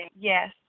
Yes